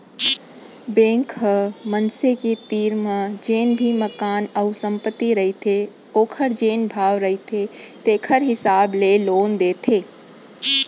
bank ह मनसे के तीर म जेन भी मकान अउ संपत्ति रहिथे ओखर जेन भाव रहिथे तेखर हिसाब ले लोन देथे